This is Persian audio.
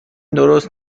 درست